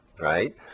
right